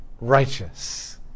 righteous